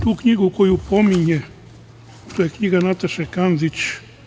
Tu knjigu koju pominje, to je knjiga Nataše Kandić.